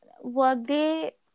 workday